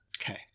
Okay